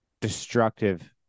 destructive